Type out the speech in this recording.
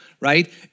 right